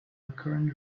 recurrent